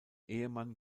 ehemann